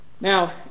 Now